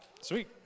sweet